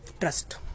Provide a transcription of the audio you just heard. trust